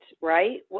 Right